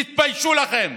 תתביישו לכם,